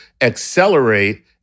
accelerate